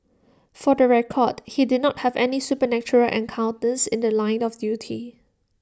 for the record he did not have any supernatural encounters in The Line of duty